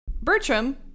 Bertram